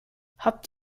habt